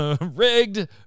rigged